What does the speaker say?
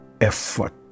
effort